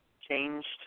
changed